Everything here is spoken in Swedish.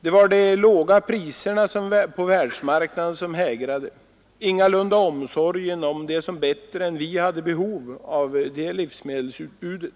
Det var de låga priserna på världsmarknaden som hägrade, ingalunda omsorgen om dem som bättre än vi hade behov av det livsmedelsutbudet.